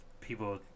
people